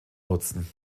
nutzen